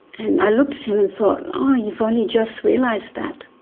and i looked at him and thought, oh, you've only just realised that.